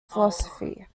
philosophy